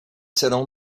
serão